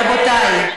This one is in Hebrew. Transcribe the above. רבותיי.